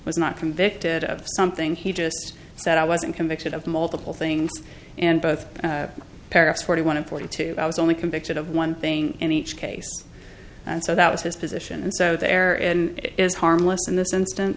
was not convicted of something he just said i wasn't convicted of multiple things and both parents forty one and forty two i was only convicted of one thing in each case so that was his position and so there and is harmless in this instance